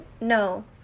no